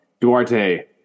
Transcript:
Duarte